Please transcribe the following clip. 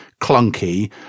clunky